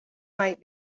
might